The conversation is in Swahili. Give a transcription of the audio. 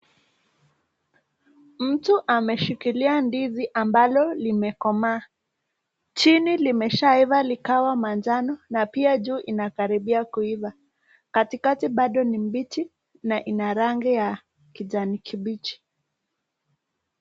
Mtu ameshikilia ndizi ambalo limekomaa. Chini limeshaiva likawa manjano na pia juu inakaribia kuiva. Katikati bado ni mbichi na ina rangi ya kijani kibichi.